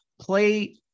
play